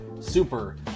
super